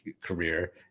career